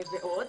ועוד.